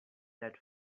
that